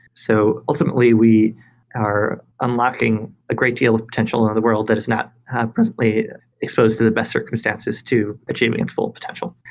so ultimately, we are unlocking a great deal of potential on the world that is not presently exposed to the best circumstances to achieving its full potential.